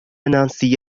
نانسي